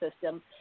system